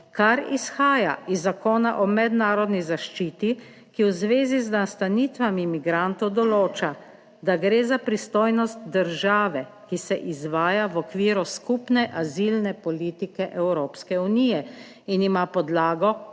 kar izhaja iz Zakona o mednarodni zaščiti, ki v zvezi z nastanitvami migrantov določa, da gre za pristojnost države, ki se izvaja v okviru skupne azilne politike Evropske unije in ima podlago